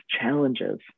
challenges